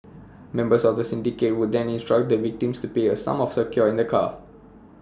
members of the syndicate would then instruct the victims to pay A sum of secure in the car